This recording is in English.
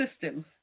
systems